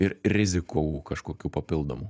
ir rizikų kažkokių papildomų